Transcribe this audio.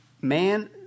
man